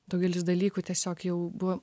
daugelis dalykų tiesiog jau buvo